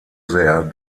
sehr